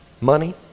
money